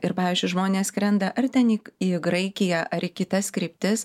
ir pavyzdžiui žmonės skrenda ar ten į į graikiją ar į kitas kryptis